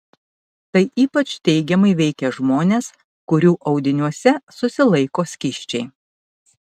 tai ypač teigiamai veikia žmones kurių audiniuose susilaiko skysčiai